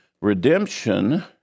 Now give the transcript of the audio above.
redemption